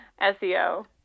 SEO